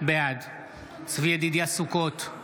בעד צבי ידידיה סוכות,